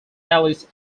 alice